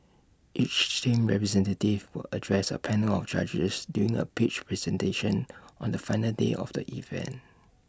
each team's representative will address A panel of judges during A pitch presentation on the final day of the event